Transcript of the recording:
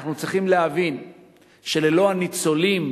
אנחנו צריכים להבין שללא הניצולים